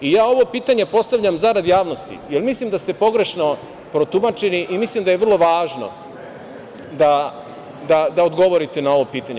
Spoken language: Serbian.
Ja ovo pitanje postavljam zarad javnosti, jer mislim da ste pogrešno protumačeni i mislim da je vrlo važno da odgovorite na ovo pitanje.